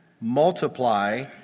multiply